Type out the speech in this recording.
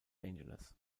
angeles